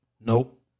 Nope